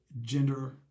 gender